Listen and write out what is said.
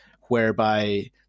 Whereby